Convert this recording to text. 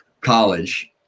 college